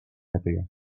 happier